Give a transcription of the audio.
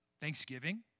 Thanksgiving